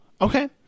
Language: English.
okay